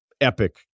epic